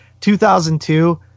2002